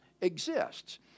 exists